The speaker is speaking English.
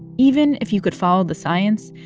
even if you could follow the science,